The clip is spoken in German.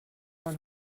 man